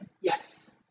Yes